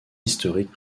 historique